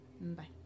Bye